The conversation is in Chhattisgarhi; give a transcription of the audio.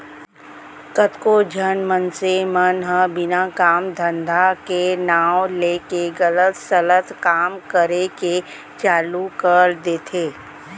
कतको झन मनसे मन ह बिना काम धंधा के नांव लेके गलत सलत काम करे के चालू कर देथे